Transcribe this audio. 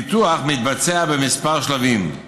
הפיתוח מתבצע בכמה שלבים: